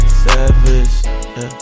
savage